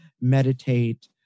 Meditate